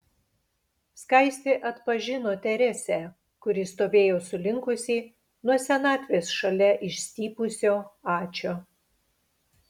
skaistė atpažino teresę kuri stovėjo sulinkusi nuo senatvės šalia išstypusio ačio